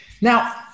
Now